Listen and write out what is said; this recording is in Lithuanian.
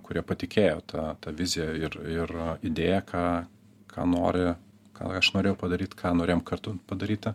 kurie patikėjo ta ta vizija ir ir idėja ką ką nori ką aš norėjau padaryt ką norėjom kartu padaryti